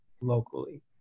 locally